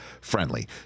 friendly